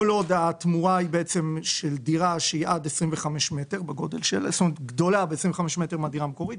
עוד התמורה של דירה גדולה ב-25 מטר מהדירה המקורית,